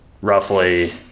roughly